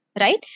right